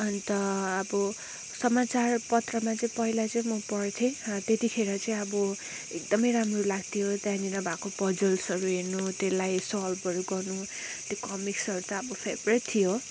अन्त अब समाचार पत्रमा चाहिँ पहिला चाहिँ म पढ्थेँ त्यतिखेर चाहिँ अब एकदमै राम्रो लाग्थ्यो त्यहाँनिर भएको पजल्सहरू हेर्नु त्यसलाई सल्भहरू गर्नु त्यो कमिक्सहरू त अब फेभ्रेट थियो